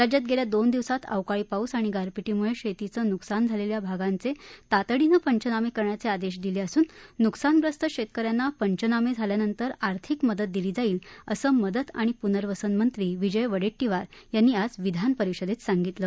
राज्यात गेल्या दोन दिवसात अवकाळी पाऊस आणि गारपिटीमुळे शेतीचं नुकसान झालेलेया भागांचे तातडीनं पंचनामे करण्याचे आदेश दिले असून नुकसानग्रस्त शेतकऱ्यांना पंचनामे झाल्यानंतर आर्थिक मदत दिली जाईल असं मदत आणि पूनर्वसन मंत्री विजय वडेट्टीवार यांनी आज विधानपरिषदेत सांगितलं